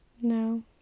No